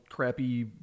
crappy